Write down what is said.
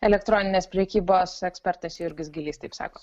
elektroninės prekybos ekspertas jurgis gylys taip sako